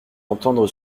entendre